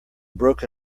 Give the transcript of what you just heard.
broke